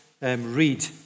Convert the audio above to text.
read